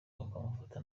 bakamufata